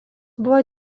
buvo